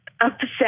upset